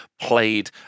played